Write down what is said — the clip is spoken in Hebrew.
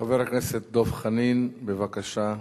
חבר הכנסת דב חנין, בבקשה.